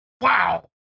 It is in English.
wow